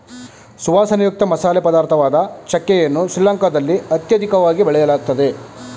ಸುವಾಸನೆಯುಕ್ತ ಮಸಾಲೆ ಪದಾರ್ಥವಾದ ಚಕ್ಕೆ ಯನ್ನು ಶ್ರೀಲಂಕಾದಲ್ಲಿ ಅತ್ಯಧಿಕವಾಗಿ ಬೆಳೆಯಲಾಗ್ತದೆ